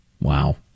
Wow